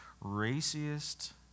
raciest